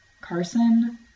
Carson